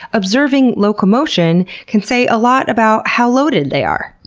observing locomotion can say a lot about how loaded they are.